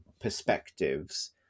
perspectives